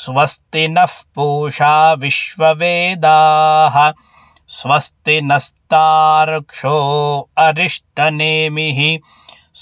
स्वस्ति नः पूषा विश्ववेदाः स्वस्ति नस्तार्क्ष्यो अरिष्ठनेमिः